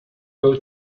will